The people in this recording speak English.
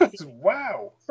Wow